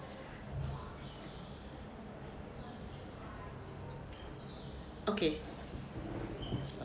okay